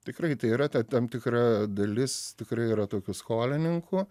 tikrai tai yra te tam tikra dalis tikrai yra tokių skolininkų